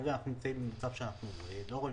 כרגע אנחנו נמצאים במצב שאנחנו לא רואים